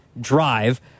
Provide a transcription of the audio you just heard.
drive